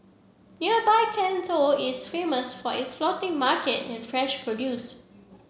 nearby Can Tho is famous for its floating market and fresh produce